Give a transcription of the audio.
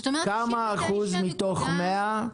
כמה אחוזים מתוך 100%